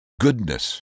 goodness